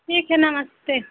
ठीक है नमस्ते